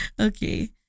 okay